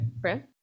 Fran